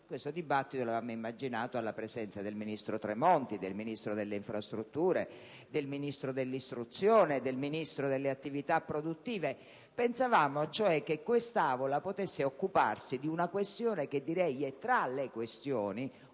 Questo dibattito lo avevamo immaginato alla presenza del ministro Tremonti, del Ministro delle infrastrutture, del Ministro dell'istruzione, del Ministro delle attività produttive. Pensavamo, cioè, che quest'Aula potesse occuparsi di una questione che è, tra le questioni,